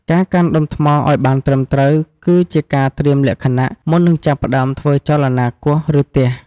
ការកាន់ដុំថ្មឲ្យបានត្រឹមត្រូវ គឺជាការត្រៀមលក្ខណៈមុននឹងចាប់ផ្តើមធ្វើចលនាគោះ ឬទះ។